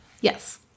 Yes